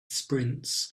sprints